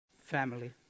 family